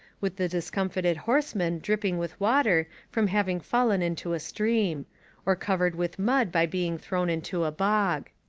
with the discomfited horseman dripping with water from having fallen into a stream or covered with mud by being thrown into a bog.